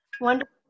wonderful